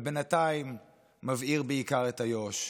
אבל בינתיים מבעיר בעיקר את איו"ש.